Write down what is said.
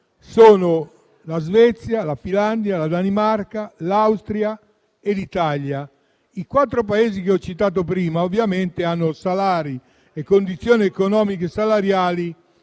sono la Svezia, la Finlandia, la Danimarca, l'Austria e l'Italia. I quattro Paesi che ho citato prima hanno però salari e condizioni economiche salariali